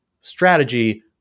strategy